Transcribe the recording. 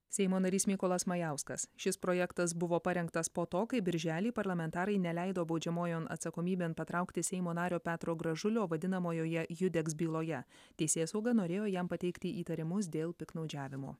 seimo narys mykolas majauskas šis projektas buvo parengtas po to kai birželį parlamentarai neleido baudžiamojon atsakomybėn patraukti seimo nario petro gražulio vadinamojoje judeks byloje teisėsauga norėjo jam pateikti įtarimus dėl piktnaudžiavimo